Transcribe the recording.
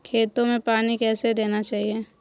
खेतों में पानी कैसे देना चाहिए?